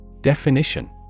Definition